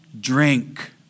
drink